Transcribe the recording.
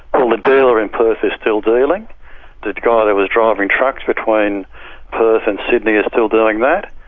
well, the dealer in perth is still dealing, the guy that was driving trucks between perth and sydney is still doing that,